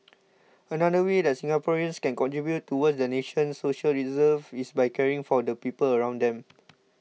another way that Singaporeans can contribute towards the nation's social reserves is by caring for the people around them